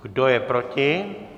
Kdo je proti?